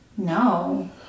No